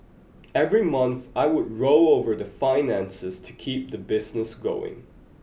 every month I would roll over my finances to keep the business going